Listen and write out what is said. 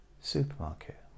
supermarket